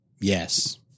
Yes